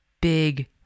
big